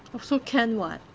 also can [what]